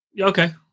okay